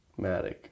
Matic